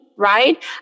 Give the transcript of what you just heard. right